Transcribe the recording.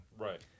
Right